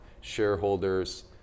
shareholders